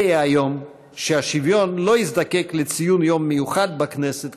זה יהיה היום שהשוויון לא יזדקק לציון יום מיוחד בכנסת,